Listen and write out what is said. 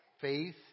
Faith